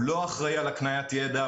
הוא לא אחראי על הקניית יידע,